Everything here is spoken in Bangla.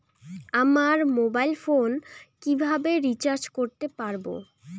আমার মোবাইল ফোন কিভাবে রিচার্জ করতে পারব?